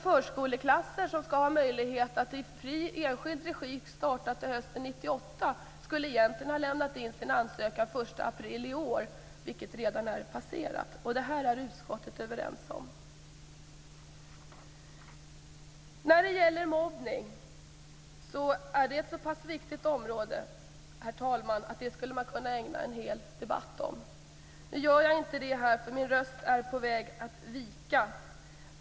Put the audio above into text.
Förskoleklasser som skall ha möjlighet att i fri enskild regi starta till hösten 1998 skulle egentligen ha lämnat in sin ansökan den 1 april i år, ett datum som redan är passerat. Det här är utskottet överens om. Mobbning är ett såpass viktigt område, herr talman, att man skulle kunna ägna en hel debatt åt det. Nu gör jag inte det, för min röst är på väg att vika.